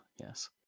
yes